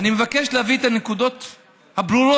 אני מבקש להביא את הנקודות הברורות.